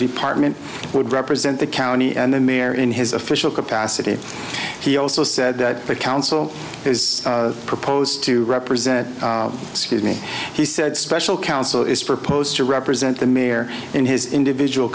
department would represent the county and then mayor in his official capacity he also said that the council has proposed to represent me he said special council is proposed to represent the mayor in his individual